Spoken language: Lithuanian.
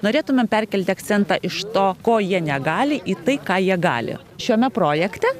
norėtumėm perkelti akcentą iš to ko jie negali į tai ką jie gali šiame projekte